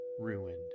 ruined